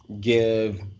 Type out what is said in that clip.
give